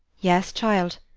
yes, child.